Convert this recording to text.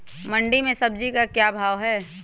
मंडी में सब्जी का क्या भाव हैँ?